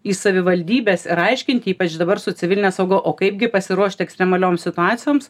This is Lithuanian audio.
į savivaldybes ir aiškinti ypač dabar su civiline sauga o kaipgi pasiruošt ekstremaliom situacijoms